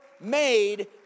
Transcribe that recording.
made